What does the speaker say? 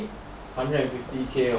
hundred and fifty K